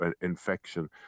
infection